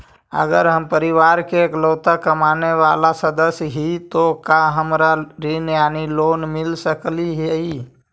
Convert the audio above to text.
अगर हम परिवार के इकलौता कमाने चावल सदस्य ही तो का हमरा ऋण यानी लोन मिल सक हई?